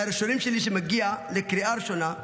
מהראשונים שלי שמגיע לקריאה ראשונה,